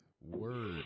Word